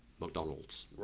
McDonald's